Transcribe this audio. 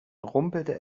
rumpelte